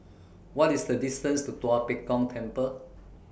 What IS The distance to Tua Pek Kong Temple